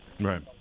Right